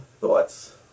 thoughts